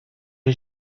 did